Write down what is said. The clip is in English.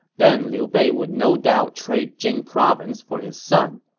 then liu bei will no doubt trade jing province for his son.